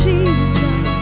Jesus